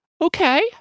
Okay